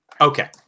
Okay